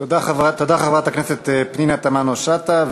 תודה, חברת הכנסת פנינה תמנו-שטה.